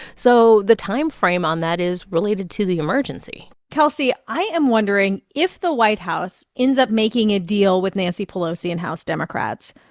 so the timeframe on that is related to the emergency kelsey, i am wondering if the white house ends up making a deal with nancy pelosi and house democrats,